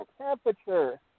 temperature